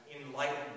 enlightened